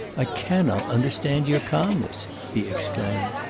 i cannot understand your calmness, he exclaimed.